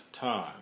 time